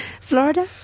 Florida